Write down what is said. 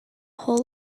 whole